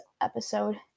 episode